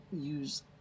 use